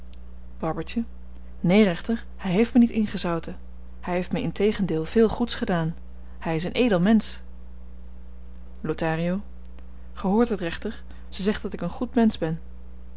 barbertje neen rechter hy heeft me niet ingezouten hy heeft my integendeel veel goeds gedaan hy is n edel mensch lothario ge hoort het rechter ze zegt dat ik n goed mensch ben